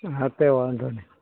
હા કંઈ વાંધો નહીં